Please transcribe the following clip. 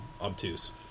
obtuse